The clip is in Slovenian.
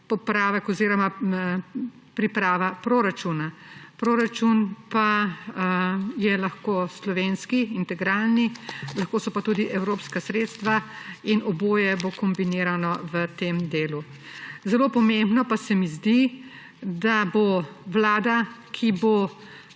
popravek oziroma priprava proračuna. Proračun pa je lahko slovenski, integralni, lahko so pa tudi evropska sredstva in oboje bo kombinirano v tem delu. Zelo pomembno pa se mi zdi, da bo vlada, ki bo